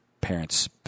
parents